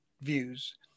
views